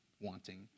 wanting